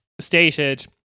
stated